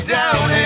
down